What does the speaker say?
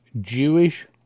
Jewish